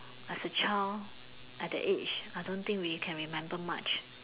as a child at the age I don't think we can remember much